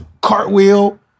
cartwheel